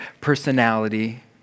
personality